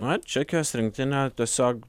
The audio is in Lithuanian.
na čekijos rinktinė tiesiog